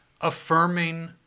affirming